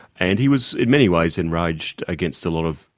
and he was, in many ways, enraged against a lot of,